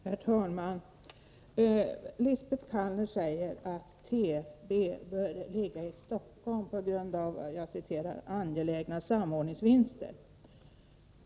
Herr talman! Lisbet Calner säger att TFB bör ligga i Stockholm till följd av ”angelägna samordningsvinster”.